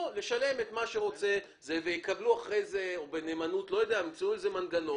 או לשלם באיזה שהוא מנגנון.